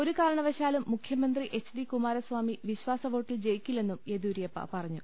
ഒരു കാരണവശാലും മുഖ്യമന്ത്രി എച്ച്ഡി കുമാരസ്വാമി വിശ്വാ സവോട്ടിൽ ജയിക്കില്ലെന്നും യെദ്യൂരപ്പ പറഞ്ഞു